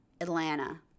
Atlanta